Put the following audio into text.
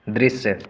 दृश्य